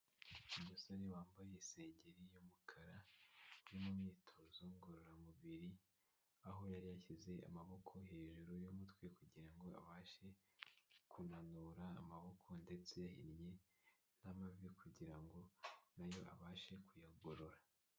Umusore wambaye isengeri y'umukara yo mu imyitozo ngororamubiri aho yari yashyize amaboko hejuru y'umutwe kugira ngo abashe kunanura amaboko ndetse yahinnye n'amavi kugira ngo nayo abashe kuyagorora.